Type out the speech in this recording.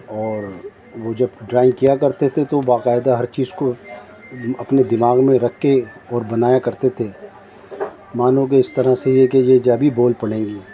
اور وہ جب ڈرائنگ کیا کرتے تھے تو وہ باقاعدہ ہر چیز کو اپنے دماغ میں رکھ کے اور بنایا کرتے تھے مانو کہ اس طرح سے یہ کہ یہ ابھی بول پڑیں گی